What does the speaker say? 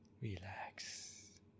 Relax